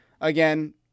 again